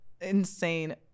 insane